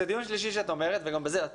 זה דיון שלישי שאת אומרת, וגם בכך את צודקת,